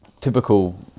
typical